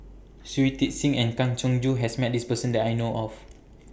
Shui Tit Sing and Kang Siong Joo has Met This Person that I know of